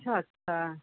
اچھا اچھا